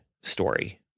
story